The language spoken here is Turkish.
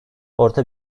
orta